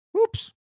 Oops